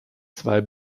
zwei